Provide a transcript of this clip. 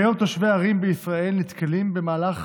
כיום תושבי ערים בישראל נתקלים במהלך